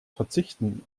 verzichten